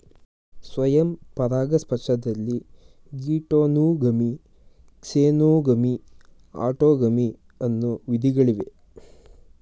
ಸ್ವಯಂ ಪರಾಗಸ್ಪರ್ಶದಲ್ಲಿ geitonogamy, xenogamy, autogamy ಅನ್ನೂ ವಿಧಗಳಿವೆ